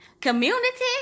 community